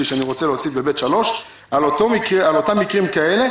שאני רוצה להוסיף בסעיף ב(3) שבאותם מקרים כאלה,